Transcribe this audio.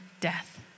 death